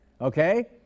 okay